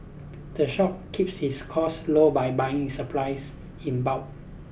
the shop keeps its costs low by buying supplies in bulk